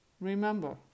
Remember